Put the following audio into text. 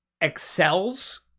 excels